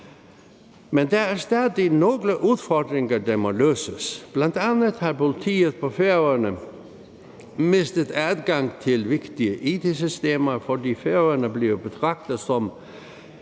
Men der er stadig nogle udfordringer, der må løses. Bl.a. har politiet på Færøerne mistet adgang til vigtige it-systemer, fordi Færøerne bliver betragtet som